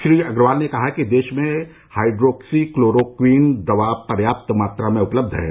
श्री अग्रवाल ने कहा कि देश में हाइड्रोक्सी क्लोरोक्वीन दवा पर्याप्त मात्रा में उपलब्ध है